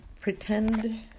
pretend